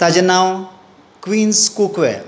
ताचें नांव Queen's cookware